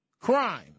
crime